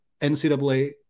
ncaa